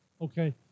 Okay